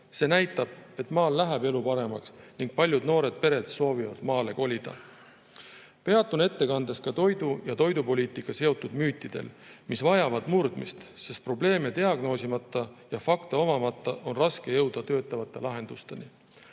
See näitab, et maal läheb elu paremaks ning paljud noored pered soovivad maale kolida. Peatun ettekandes ka toidu ja toidupoliitikaga seotud müütidel, mis vajavad murdmist, sest probleeme diagnoosimata ja fakte omamata on raske jõuda töötavate lahendusteni.